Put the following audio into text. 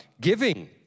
Giving